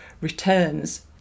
returns